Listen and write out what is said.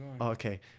okay